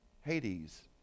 Hades